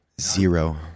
Zero